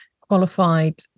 qualified